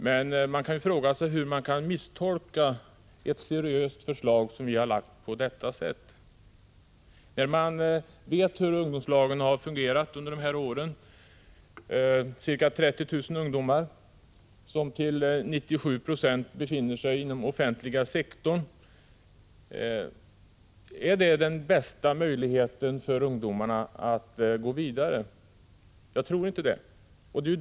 Man kan fråga sig hur någon på detta sätt kan misstolka ett seriöst förslag som vi har lagt fram. Alla vet hur ungdomslagen har fungerat under de år som de har funnits. Det rör sig om ca 30 000 ungdomar, som till 97 26 befinner sig inom den offentliga sektorn. Är det den bästa möjligheten för ungdomarna att gå vidare? Jag tror inte det.